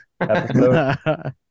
episode